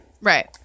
Right